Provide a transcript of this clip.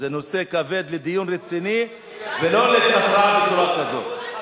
זה נושא כבד לדיון רציני, ולא, בצורה כזאת.